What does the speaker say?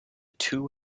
two